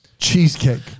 cheesecake